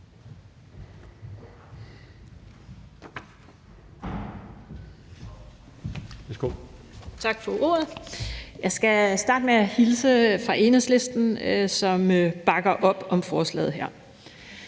Tak for ordet. Jeg skal starte med at hilse fra Enhedslisten, som bakker op om forslaget her.